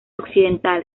occidental